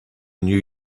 new